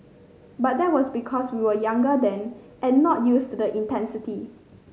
but that was because we were younger then and not used to the intensity